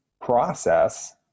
process